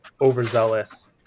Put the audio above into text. overzealous